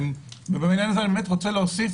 אני רוצה להוסיף